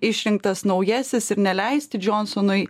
išrinktas naujasis ir neleisti džionsonui